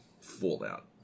Fallout